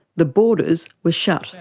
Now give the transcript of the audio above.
the borders were shut.